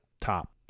top